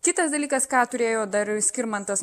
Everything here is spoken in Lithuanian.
kitas dalykas ką turėjo dar skirmantas